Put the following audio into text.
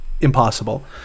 impossible